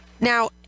Now